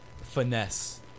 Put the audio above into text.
finesse